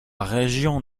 région